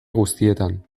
guztietan